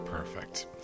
Perfect